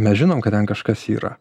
mes žinom kad ten kažkas yra